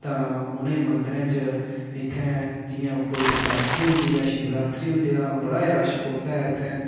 तां उ'नें मंदरें च इत्थें जियां कोई बैसाखी होंदी जां शिवरात्री होंदी तां बड़ा गै रश पौंदा ऐ उत्थें